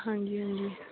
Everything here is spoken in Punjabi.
ਹਾਂਜੀ ਹਾਂਜੀ